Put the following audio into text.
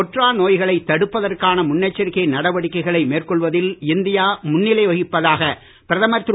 தொற்றா நோய்களை தடுப்பதற்கான முன்னெச்சரிக்கை நடவடிக்கைகளை மேற்கொள்வதில் இந்தியா முன்னிலை வகிப்பதாக பிரதமர் திரு